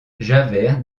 javert